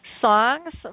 songs